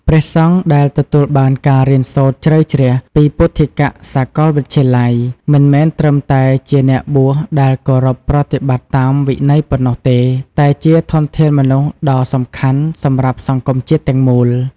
ព្រះសង្ឃដែលទទួលបានការរៀនសូត្រជ្រៅជ្រះ ពីពុទ្ធិកសាកលវិទ្យាល័យ មិនមែនត្រឹមតែជាអ្នកបួសដែលគោរពប្រតិបត្តិតាមវិន័យប៉ុណ្ណោះទេ តែជាធនធានមនុស្សដ៏សំខាន់សម្រាប់សង្គមជាតិទាំងមូល។